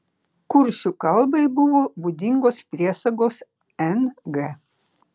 kuršių kalbai buvo būdingos priesagos ng